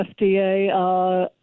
FDA